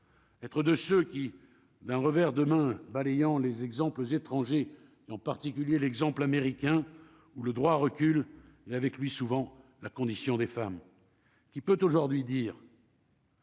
être de ceux qui, d'un revers de main balayant les exemples étrangers et en particulier l'exemple américain, où le droit recule et avec lui souvent la condition des femmes qui peut aujourd'hui dire.